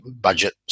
budget